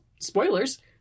Spoilers